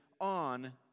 on